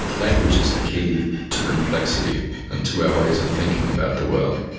language is the key to complexity and to our ways of thinking about the world.